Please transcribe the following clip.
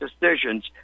decisions